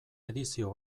edizio